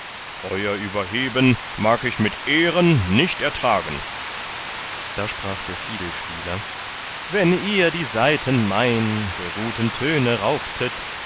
euer überheben mag ich mit ehren nicht ertragen da sprach der fiedelspieler wenn ihr den saiten mein die guten töne raubtet